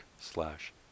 slash